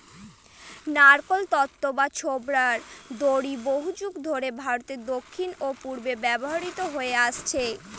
নারকোল তন্তু বা ছোবড়ার দড়ি বহুযুগ ধরে ভারতের দক্ষিণ ও পূর্বে ব্যবহৃত হয়ে আসছে